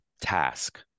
task